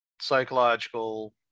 psychological